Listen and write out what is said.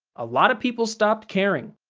a lot of people stopped caring.